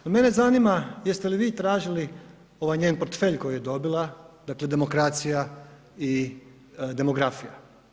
No mene zanima jeste li vi tražili ovaj njen portfelj koji je dobila, dakle demokracija i demografija.